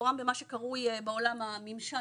מקורם במה שקרוי בעולם הממשל,